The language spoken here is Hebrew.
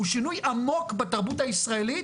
הוא שינוי עמוק בתרבות הישראלית,